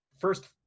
first